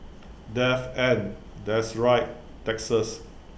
death and that's right taxes